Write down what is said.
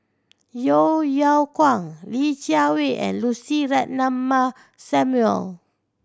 Yeo Yeow Kwang Li Jiawei and Lucy Ratnammah Samuel